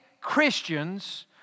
Christians